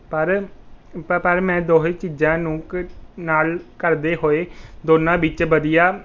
ਪਰ ਪ ਪਰ ਮੈਂ ਦੋਹੇ ਚੀਜ਼ਾਂ ਨੂੰ ਕ ਨਾਲ ਕਰਦੇ ਹੋਏ ਦੋਨਾਂ ਵਿੱਚ ਵਧੀਆ